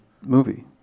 movie